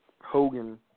Hogan